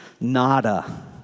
Nada